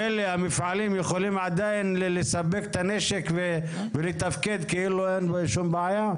אלה המפעלים יכולים עדיין לספק את הנשק ולתפקד כאילו אין שום בעיה?